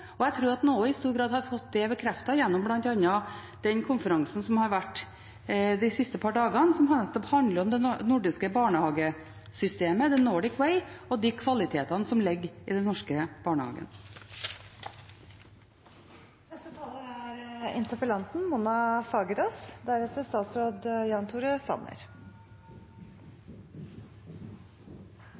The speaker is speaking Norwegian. og jeg tror at en i stor grad har fått det bekreftet gjennom bl.a. den konferansen som har vært de siste par dagene, som nettopp har handlet om det nordiske barnehagesystemet, The Nordic Way, og de kvalitetene som ligger i den norske